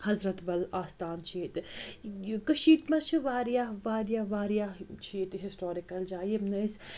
حضرتبَل آستان چھِ ییٚتہِ کٔشیٖر منٛز چھِ واریاہ واریاہ واریاہ چھِ ییٚتہِ ہِسٹورِکَل جایہِ یِم نہٕ أسۍ